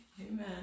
Amen